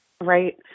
Right